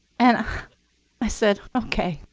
and i said, ok,